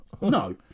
No